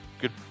good